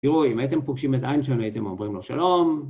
תראו, אם הייתם פוגשים את איינשטיין, הייתם אומרים לו שלום.